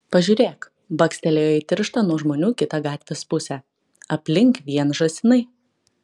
pažiūrėk bakstelėjo į tirštą nuo žmonių kitą gatvės pusę aplink vien žąsinai